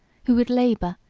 who would labor,